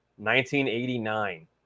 1989